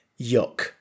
Yuck